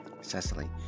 Cecily